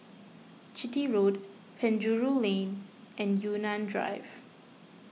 Chitty Road Penjuru Lane and Yunnan Drive